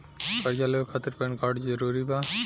कर्जा लेवे खातिर पैन कार्ड जरूरी बा?